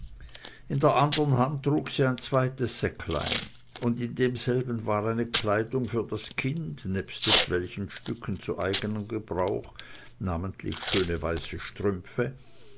in der andern hand trug sie ein zweites säcklein und in demselben war eine kleidung für das kind nebst etwelchen stücken zu eigenem gebrauch namentlich schöne weiße strümpfe